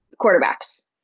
quarterbacks